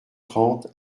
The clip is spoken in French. trente